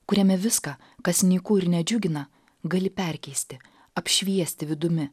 kuriame viską kas nyku ir nedžiugina gali perkeisti apšviesti vidumi